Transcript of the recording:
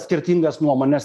skirtingas nuomones